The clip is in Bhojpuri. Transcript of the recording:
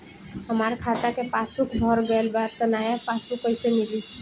हमार खाता के पासबूक भर गएल बा त नया पासबूक कइसे मिली?